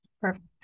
Perfect